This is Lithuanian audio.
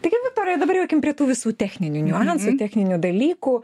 taigi viktorija dabar jau eikim prie tų visų techninių niuansų techninių dalykų